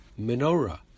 menorah